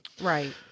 Right